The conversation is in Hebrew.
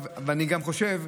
אני גם חושב,